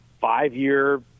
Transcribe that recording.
five-year